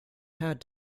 had